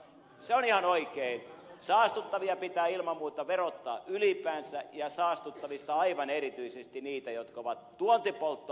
se on ihan oikein saastuttavia pitää ilman muuta verottaa ylipäänsä ja saastuttavista aivan erityisesti niitä jotka ovat tuontipolttoaineita